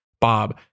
Bob